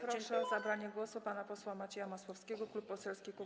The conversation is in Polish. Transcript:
Proszę o zabranie głosu pana posła Macieja Masłowskiego, Klub Poselski Kukiz’15.